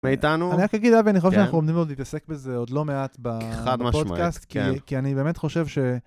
מאיתנו, אני רק אגיד רבי, אני חושב שאנחנו עומדים מאוד להתעסק בזה עוד לא מעט בפודקאסט, כי אני באמת חושב ש...